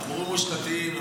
אמרו: מושחתים,